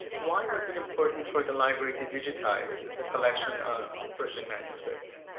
why was it important for the library to digitize the collection of persian manuscripts?